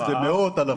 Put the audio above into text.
סדר גודל מאות, אלפים?